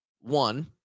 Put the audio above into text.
one